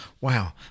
wow